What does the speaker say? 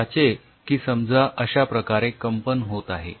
ज्याचे की समजा अश्याप्रकारे कंपन होत आहे